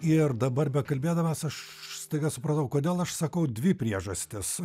ir dabar bekalbėdamas aš staiga supratau kodėl aš sakau dvi priežastis